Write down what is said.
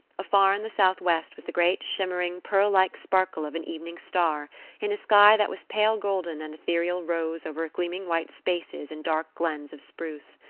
afar in the southwest was the great shimmering, pearl-like sparkle of an evening star in a sky that was pale golden and ethereal rose over gleaming white spaces and dark glens of spruce.